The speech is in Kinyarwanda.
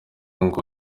ngo